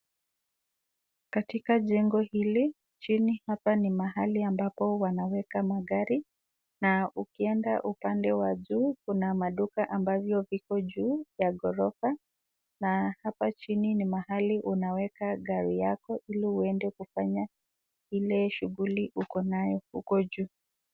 Katika jengo hili, chini hapa ni mahali ambapo wanaweka magari na ukienda upande wa juu kuna maduka ambavyo viko juu ya ghorofa na hapa chini ni mahali unaweka gari yako ili uende kufanya ile shughuli uko nayo huko juu.